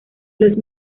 los